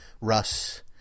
russ